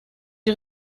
die